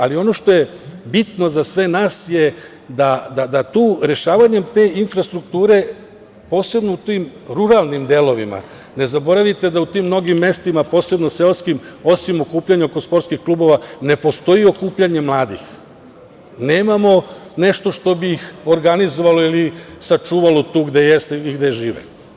Ali ono što je bitno za sve nas je da rešavanjem te infrastrukture, posebno u tim ruralnim delovima, ne zaboravite da u tim mnogim mestima, posebno seoskim, osim okupljanja oko sportskih klubova ne postoji okupljanje mladih, nemamo nešto što bi ih organizovalo ili sačuvalo gde jesu i gde žive.